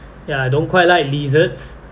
ya I don't quite like lizards